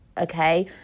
okay